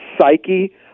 psyche